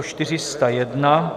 401.